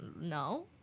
No